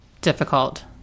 difficult